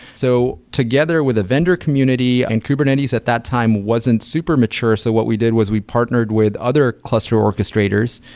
so, together with a vendor community and kubernetes at that time wasn't super mature. so what we did was we partnered with other cluster orchestrators,